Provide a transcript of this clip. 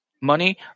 money